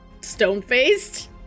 Stone-faced